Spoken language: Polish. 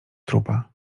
trupa